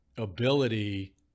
ability